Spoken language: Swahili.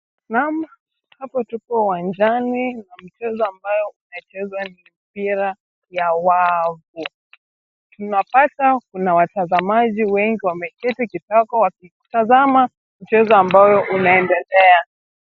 Naam, hapo tupo uwanjani na mchezo ambayo unachezwa ni mpira ya wavu. Tunapata kuna watazamaji wengi wameketi kitako wakitazama mchezo ambao unaendelea.